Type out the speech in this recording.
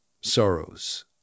sorrows